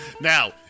Now